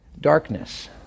darkness